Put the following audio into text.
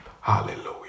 Hallelujah